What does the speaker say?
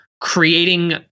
creating